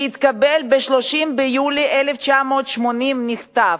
שהתקבל ב-30 ביולי 1980, נכתב: